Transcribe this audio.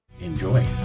Enjoy